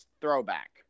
throwback